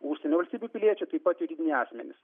užsienio valstybių piliečiai taip pat juridiniai asmenys